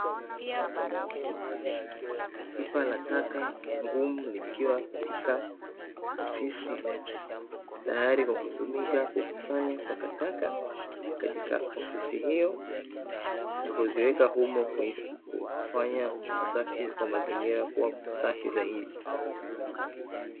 Pipa la taka ngumu likiwa katika ofisi, tayari kwa kutumika kukusanya takataka katika ofisi hiyo na kuziweka humo kufanya usafi wa mazingira kuwa safi zaidi.